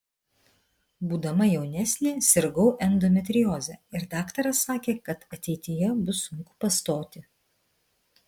būdama jaunesnė sirgau endometrioze ir daktaras sakė kad ateityje bus sunku pastoti